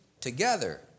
together